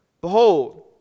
behold